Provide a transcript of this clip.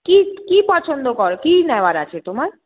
কি কি পছন্দ কর কি নেওয়ার আছে তোমার